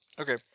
Okay